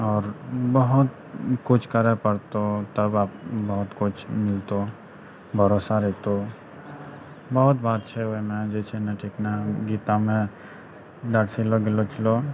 आओर बहोत किछु करै पड़तौ तब बहुत किछु मिलतौ भरोसा रहतौ बहुत बात छै ओइमे जे छै नऽ ठीक ने गीतामे दर्शायलो गेलो छलो